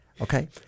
Okay